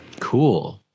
Cool